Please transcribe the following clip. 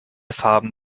farben